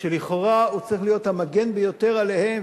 שלכאורה הוא צריך להיות המגן ביותר עליהם,